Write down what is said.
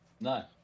no